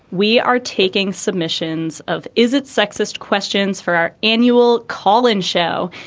we are taking submissions of is it sexist questions for our annual call in show.